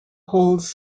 holds